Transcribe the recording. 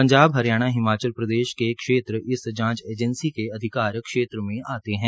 पंजाब हरियाणा हिमाचल प्रदेश के क्षेत्र इस जांच एजेंसी के अधिकार क्षेत्र में आते है